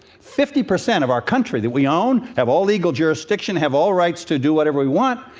fifty percent of our country that we own, have all legal jurisdiction, have all rights to do whatever we want,